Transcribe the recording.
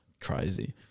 crazy